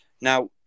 Now